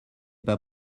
pas